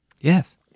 Yes